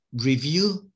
review